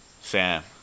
Sam